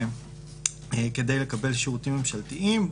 כדי לקבל שירותים ממשלתיים,